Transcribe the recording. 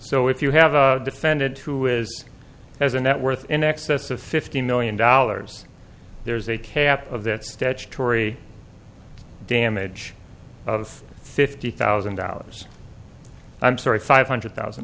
so if you have a defendant who is has a net worth in excess of fifty million dollars there's a cap of the statutory damage of fifty thousand dollars i'm sorry five hundred thousand